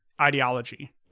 ideology